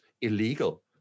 illegal